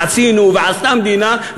עשינו ועשתה המדינה,